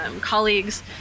colleagues